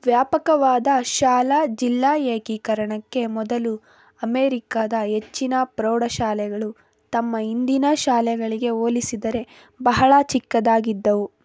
ವ್ಯಾಪಕವಾದ ಶಾಲಾ ಜಿಲ್ಲಾ ಏಕೀಕರಣಕ್ಕೆ ಮೊದಲು ಅಮೇರಿಕಾದ ಹೆಚ್ಚಿನ ಪ್ರೌಢಶಾಲೆಗಳು ತಮ್ಮ ಇಂದಿನ ಶಾಲೆಗಳಿಗೆ ಹೋಲಿಸಿದರೆ ಬಹಳ ಚಿಕ್ಕದಾಗಿದ್ದವು